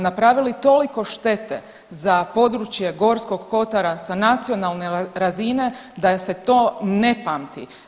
Napravili toliko štete za područje Gorskog kotara sa nacionalne razine da se to ne pamti.